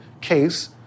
case